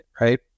right